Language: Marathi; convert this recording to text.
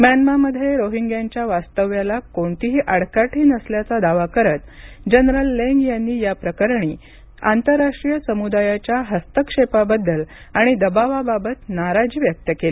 म्यानमामध्ये रोहिंग्यांच्या वास्तव्याला कोणतीही आडकाठी नसल्याचा दावा करत जनरल लेंग यांनी या प्रकरणी आंतरराष्ट्रीय समुदायाच्या हस्तक्षेपाबद्दल आणि दबावाबाबत नाराजी व्यक्त केली